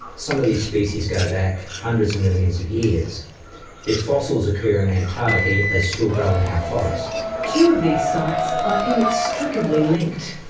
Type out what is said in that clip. some of these species go back hundreds of millions of years. their fossils occur in antarctica yet they still grow in our forests. two of these sites are inextricably linked